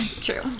True